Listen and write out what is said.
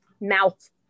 mouth